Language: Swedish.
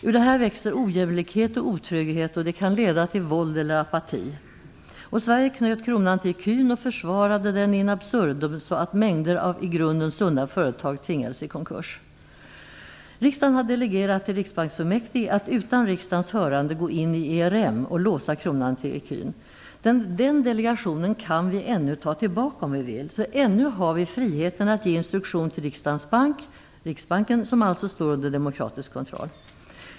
Ur det här växer ojämlikhet och otrygghet, och det kan leda till våld eller apati. Sverige knöt kronan till ecun och försvarade den in absurdum så att mängder av i grunden sunda företag tvingades i konkurs. Riksdagen har delegerat till Riksbanksfullmäktige att utan riksdagens hörande gå in i ERM och låsa kronan till ecun. Den delegeringen kan vi ännu ta tillbaka om vi vill. Ännu har vi friheten att ge instruktion till riksdagens bank, Riksbanken, som alltså står under demokratisk kontroll.